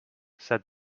said